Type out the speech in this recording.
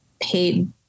paid